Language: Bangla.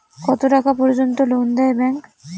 কত টাকা পর্যন্ত লোন দেয় ব্যাংক?